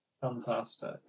fantastic